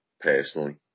personally